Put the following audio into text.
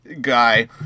guy